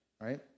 right